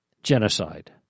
genocide